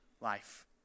life